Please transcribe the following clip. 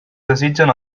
desitgen